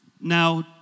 Now